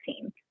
team